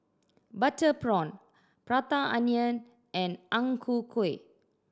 butter prawn Prata Onion and Ang Ku Kueh